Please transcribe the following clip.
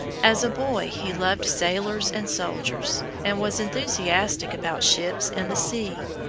as a boy he loved sailors and soldiers, and was enthusiastic about ships and the sea.